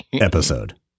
episode